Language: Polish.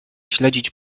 śledzić